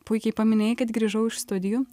puikiai paminėjai kad grįžau iš studijų